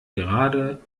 gerade